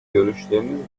görüşleriniz